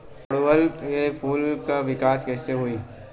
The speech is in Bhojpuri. ओड़ुउल के फूल के विकास कैसे होई?